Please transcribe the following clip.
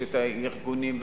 יש הארגונים,